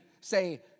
Say